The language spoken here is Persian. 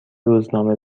روزنامه